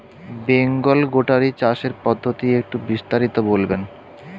Bengal goatery চাষের পদ্ধতি একটু বিস্তারিত বলবেন?